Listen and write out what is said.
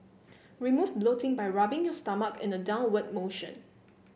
remove bloating by rubbing your stomach in a downward motion